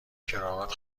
کراوات